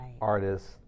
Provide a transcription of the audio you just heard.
artists